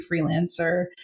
freelancer